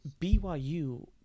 BYU